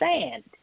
sand